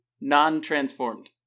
Non-transformed